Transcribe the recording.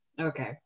Okay